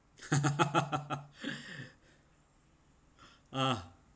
ah